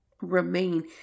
remain